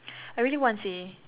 I really want seh